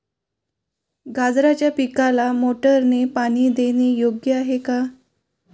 गाजराच्या पिकाला मोटारने पाणी देणे योग्य आहे का?